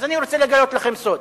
אז אני רוצה לגלות לכם סוד: